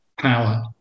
power